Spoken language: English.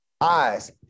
eyes